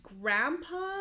grandpa